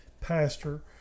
pastor